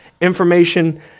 information